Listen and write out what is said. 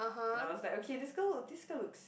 and I was like okay this girl this girl looks